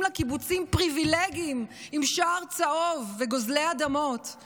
לקיבוצים "פריבילגים עם שער צהוב" ו"גוזלי אדמות";